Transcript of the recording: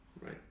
Right